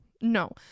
No